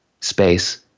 space